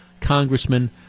congressman